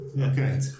Okay